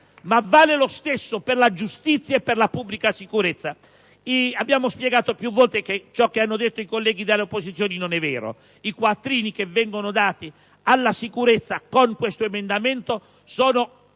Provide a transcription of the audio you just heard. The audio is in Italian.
Vale lo stesso per la giustizia e la pubblica sicurezza. Abbiamo spiegato più volte che ciò che hanno detto i colleghi dell'opposizione non corrisponde a verità. Le risorse che vengono date alla sicurezza con questo emendamento sono